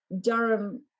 Durham